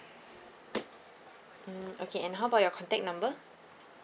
mm okay and how about your contact number